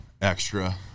extra